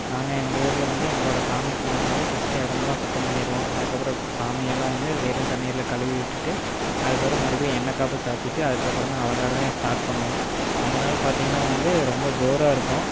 நாங்கள் எங்கள் ஊரில் வந்து எங்களோடய சாமி கும்பிடும்போது ஃபர்ஸ்ட்டு இடம்லா சுத்தம் பண்ணிடுவோம் அதுக்கப்புறம் க் சாமி எல்லாம் வந்து வெறும் தண்ணீரில் கழுவி விட்டுட்டு அதுக்கப்புறம் மறுபடியும் எண்ணெய் காப்பு சாற்றிட்டு அதுக்கப்புறந்தான் அலங்காரமே ஸ்டார்ட் பண்ணுவோம் அந்த நாள் பாத்திங்கனா வந்து ரொம்ப ஜோராக இருக்கும்